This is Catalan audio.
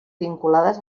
vinculades